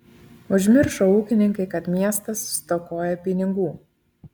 užmiršo ūkininkai kad miestas stokoja pinigų